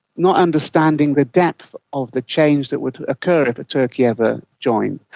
not understanding the depth of the change that would occur if turkey ever joined.